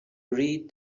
read